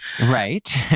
Right